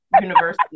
University